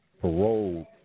parole